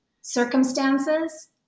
circumstances